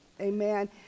Amen